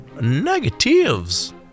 negatives